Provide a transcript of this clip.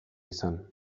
izan